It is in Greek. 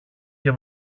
και